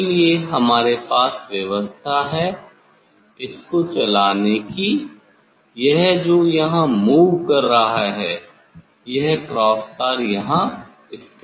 इसके लिए हमारे पास व्यवस्था है इसको चलाने की यह जो यहां मूव कर रहा है यह क्रॉस तार यहां स्थित हो गया है